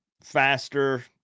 faster